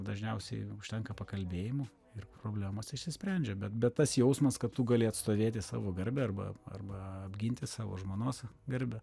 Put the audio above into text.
dažniausiai užtenka pakalbėjimų ir problemos išsisprendžia bet bet tas jausmas kad tu gali atstovėti savo garbę arba arba apginti savo žmonos garbę